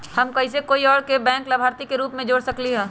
हम कैसे कोई और के बैंक लाभार्थी के रूप में जोर सकली ह?